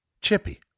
chippy